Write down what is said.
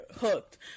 hooked